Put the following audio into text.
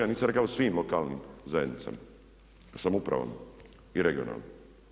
Ja nisam rekao u svim lokalnim zajednicama, samoupravama i regionalnim.